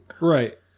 Right